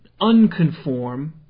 unconform